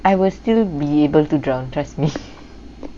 I will still be able to drown trust me